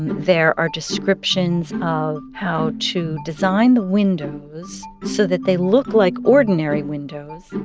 there are descriptions of how to design the windows so that they look like ordinary windows,